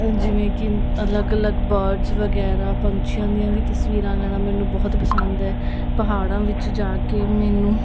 ਜਿਵੇਂ ਕਿ ਅਲੱਗ ਅਲੱਗ ਬਾਰਡ ਵਗੈਰਾ ਪੰਛੀਆਂ ਦੀਆਂ ਵੀ ਤਸਵੀਰਾਂ ਲੈਣਾ ਮੈਨੂੰ ਬਹੁਤ ਪਸੰਦ ਹੈ ਪਹਾੜਾਂ ਵਿੱਚ ਜਾ ਕੇ ਮੈਨੂੰ